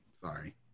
Sorry